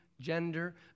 gender